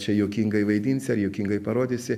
čia juokingai vaidinsi ar juokingai parodysi